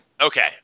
Okay